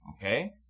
Okay